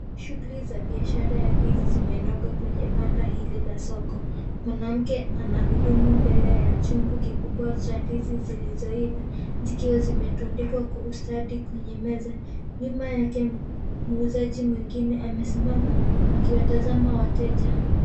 Shughuli za biashara ya ndizi zimenoga kwenye banda hili la soko . Mwanamke anahudumu mbele ya chungu kikubwa cha ndizi zilizoiva zikiwa zimetundikwa kwa ustadi kwa meza nyuma yake muuzaji mwingine amesimama akiwatazama wateja.